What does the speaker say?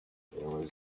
was